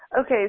Okay